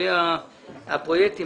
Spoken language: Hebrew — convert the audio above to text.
לגבי הפרויקטים,